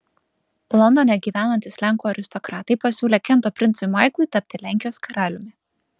londone gyvenantys lenkų aristokratai pasiūlė kento princui maiklui tapti lenkijos karaliumi